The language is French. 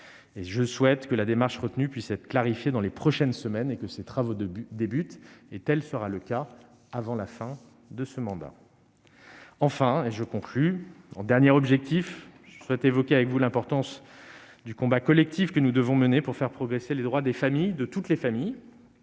Je souhaite que la démarche retenue puisse être clarifiée dans les prochaines semaines et que les travaux débutent avant la fin de ce mandat. Tel sera le cas. Le dernier objectif tient à l'importance du combat collectif que nous devons mener pour faire progresser les droits des familles, de toutes les familles,